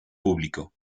público